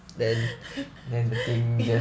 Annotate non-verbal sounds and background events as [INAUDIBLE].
[LAUGHS]